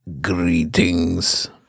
Greetings